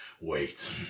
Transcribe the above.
Wait